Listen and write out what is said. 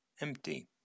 empty